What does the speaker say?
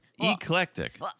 Eclectic